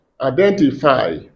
identify